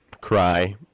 cry